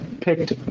picked